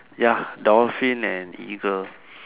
ya dolphin and eagle